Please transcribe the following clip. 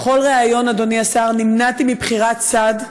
בכל ריאיון, אדוני השר, נמנעתי מבחירת צד,